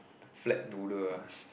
flat noodle ah